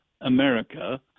america